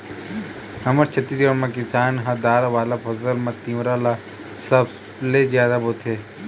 हमर छत्तीसगढ़ म किसान ह दार वाला फसल म तिंवरा ल सबले जादा बोथे